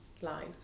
line